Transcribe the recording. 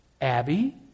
Abby